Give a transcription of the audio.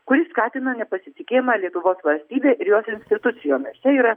kuri skatina nepasitikėjimą lietuvos valstybe ir jos institucijomis čia yra